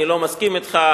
אני לא מסכים אתך,